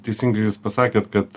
teisingai jūs pasakėt kad